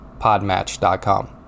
Podmatch.com